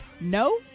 no